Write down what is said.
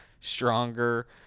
stronger